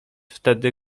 wtedy